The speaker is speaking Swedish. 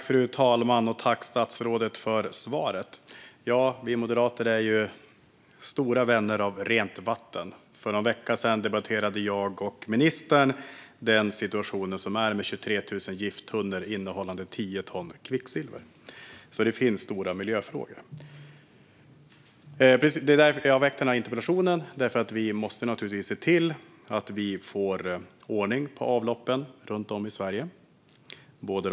Fru talman! Tack, statsrådet, för svaret! Vi moderater är stora vänner av rent vatten. För någon vecka sedan debatterade jag och ministern den situation som är med 23 000 gifttunnor innehållande tio ton kvicksilver. Det finns stora miljöfrågor. Jag har väckt interpellationen för att vi naturligtvis måste se till att vi får ordning på avloppen runt om i Sverige.